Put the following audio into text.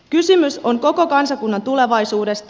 kysymys on koko kansakunnan tulevaisuudesta